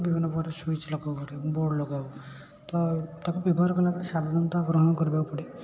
ବିଭିନ୍ନ ପ୍ରକାର ସୁଇଜ ଲଗାଉ ଘରେ ବୋର୍ଡ଼ ଲଗାଉ ତ ତାକୁ ବ୍ୟବହାର କଲାପରେ ସାବଧାନତା ଗ୍ରହଣ କରିବାକୁ ପଡ଼େ